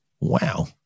Wow